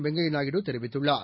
வெங்கையநாயுடு தெரிவித்துள்ளார்